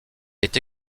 est